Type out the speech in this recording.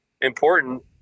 important